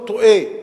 הוא טועה.